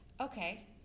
okay